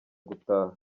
gutaha